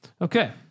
Okay